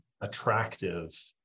attractive